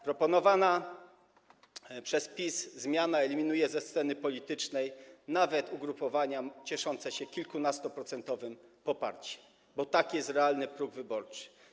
Proponowana przez PiS zmiana eliminuje ze sceny politycznej nawet ugrupowania cieszące się kilkunastoprocentowym poparciem, bo taki jest realny próg wyborczy.